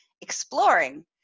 exploring